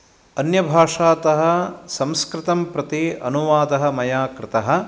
अन्यभाषातः संस्कृतं प्रति अनुवादः मया कृतः